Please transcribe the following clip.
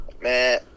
Man